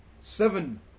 seven